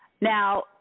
Now